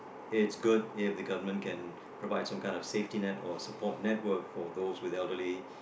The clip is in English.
it's good if the government can provide some kind of safety net or support network for those with elderly